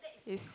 it's